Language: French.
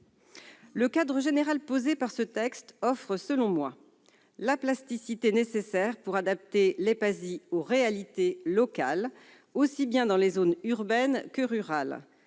Le cadre général posé par ce texte offre, selon moi, la plasticité nécessaire pour adapter les PASI aux réalités locales, tant dans les zones urbaines que dans